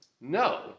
No